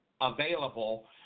available